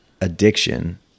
addiction